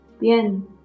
Bien